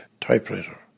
typewriter